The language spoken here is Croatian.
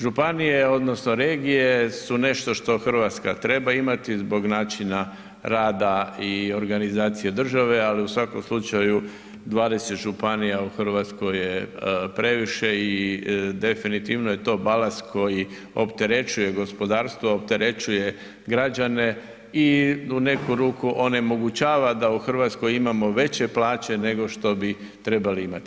Županije odnosno regije su nešto što Hrvatska treba imati zbog načina rada i organizacije države, ali u svakom slučaju 20 županija u Hrvatskoj je previše i definitivno je to balast koji opterećuje gospodarstvo, opterećuje građane i u neku ruku onemogućava da u Hrvatskoj imamo veće plaće nego što bi trebali imati.